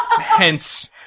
Hence